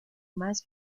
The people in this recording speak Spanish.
más